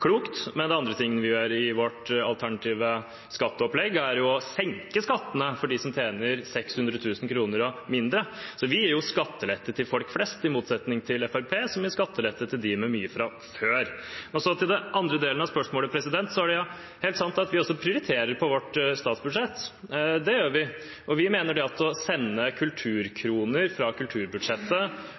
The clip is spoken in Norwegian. klokt. En annen ting vi gjør i vårt alternative skatteopplegg, er å senke skattene for dem som tjener 600 000 kr og mindre, så vi gir jo skattelette til folk flest, i motsetning til Fremskrittspartiet, som gir skattelette til dem med mye fra før. Til den andre delen av spørsmålet: Det er helt sant at vi også prioriterer i vårt statsbudsjett. Det gjør vi, for vi mener at å sende kulturkroner fra kulturbudsjettet